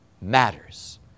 matters